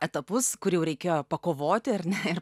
etapus kur jau reikėjo pakovoti ar ne ir